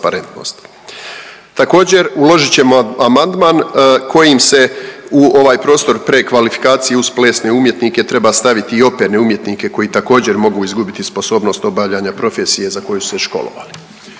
Također uložit ćemo amandman kojim se u ovaj prostor prekvalifikacije uz plesne umjetnike treba staviti i operne umjetnike koji također mogu izgubiti sposobnost obavljanja profesije za koju su se školovali.